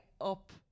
up